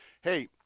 Hey